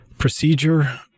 procedure